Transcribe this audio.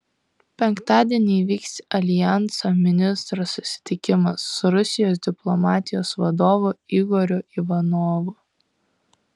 penktadienį įvyks aljanso ministrų susitikimas su rusijos diplomatijos vadovu igoriu ivanovu